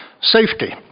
Safety